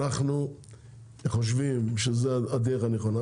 אנחנו חושבים שזה הדרך הנכונה,